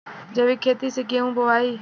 जैविक खेती से गेहूँ बोवाई